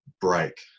break